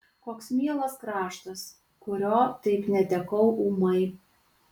koks mielas kraštas kurio taip netekau ūmai